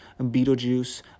Beetlejuice